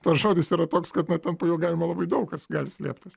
tas žodis yra toks kad na ten po juo galima daug kas gali slėptis